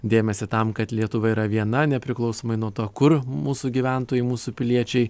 dėmesį tam kad lietuva yra viena nepriklausomai nuo to kur mūsų gyventojai mūsų piliečiai